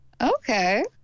Okay